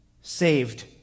saved